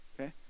Okay